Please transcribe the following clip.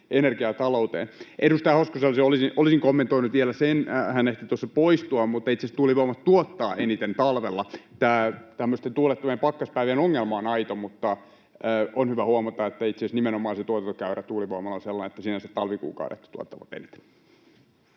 energiatalouteen. Edustaja Hoskoselle olisin kommentoinut vielä sen — hän ehti tuossa poistua — että itse asiassa tuulivoima tuottaa eniten talvella. Tämä tämmöisten tuulettomien pakkaspäivien ongelma on aito, mutta on hyvä huomata, että itse asiassa tuulivoimalla se toimintakäyrä on nimenomaan sellainen, että sinänsä talvikuukaudet tuottavat eniten.